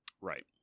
Right